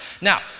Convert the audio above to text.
Now